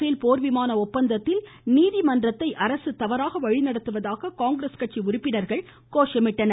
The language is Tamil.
பேல் போர்விமான ஒப்பந்தத்தில் நீதிமன்றத்தை அரசு தவறாக வழிநடத்துவதாக காங்கிரஸ் கட்சி உறுப்பினர்கள் கோஷமிட்டனர்